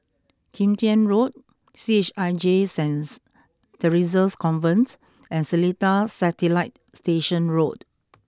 Kim Tian Road C H I J Saint Theresa's Convent and Seletar Satellite Station Road